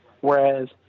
Whereas